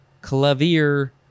clavier